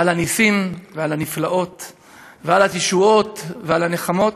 על הנסים, ועל הנפלאות, ועל התשועות, ועל הנחמות,